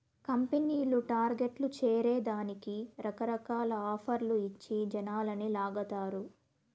కంపెనీలు టార్గెట్లు చేరే దానికి రకరకాల ఆఫర్లు ఇచ్చి జనాలని లాగతారు